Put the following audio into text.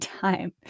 Time